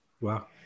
Wow